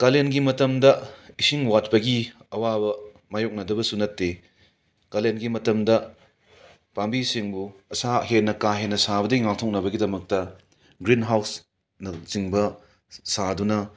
ꯀꯥꯂꯦꯟꯒꯤ ꯃꯇꯝꯗ ꯏꯁꯤꯡ ꯋꯥꯠꯄꯒꯤ ꯑꯋꯥꯕ ꯃꯥꯏꯌꯣꯛꯅꯗꯕꯁꯨ ꯅꯠꯇꯦ ꯀꯥꯂꯦꯟꯒꯤ ꯃꯇꯝꯗ ꯄꯥꯝꯕꯤꯁꯤꯡꯕꯨ ꯑꯁꯥꯕ ꯍꯦꯟꯅ ꯀꯥ ꯍꯦꯟꯅ ꯁꯥꯕꯗꯒꯤ ꯉꯥꯛꯊꯣꯛꯅꯕꯒꯤꯗꯃꯛꯇ ꯒ꯭ꯔꯤꯟꯍꯥꯎꯁꯅꯆꯤꯡꯕ ꯁꯥꯗꯨꯅ